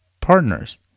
partners